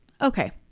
Okay